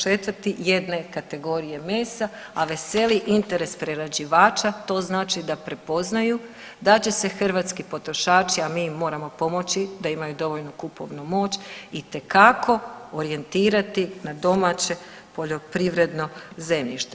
Četvrti jedne kategorije mesa, a veseli interes prerađivača, to znači da prepoznaju da će se hrvatski potrošači, a mi im moramo pomoći da imaju dovoljnu kupovnu moć itekako orijentirati na domaće poljoprivredno zemljište.